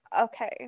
Okay